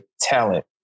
talent